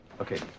Okay